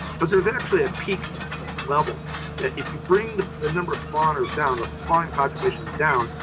but there's actually a peak level that if you bring the the number of spawners down, the but spawning population down,